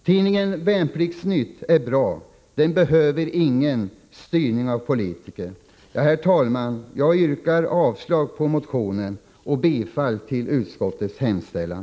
Tidningen Värnpliktsnytt är bra. Den behöver ingen styrning av politiker. Herr talman! Jag yrkar avslag på motionen och bifall till utskottets hemställan.